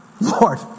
Lord